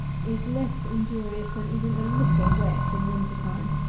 is less injurious than even a little wet in winter-time.